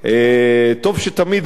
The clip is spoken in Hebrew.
טוב שתמיד,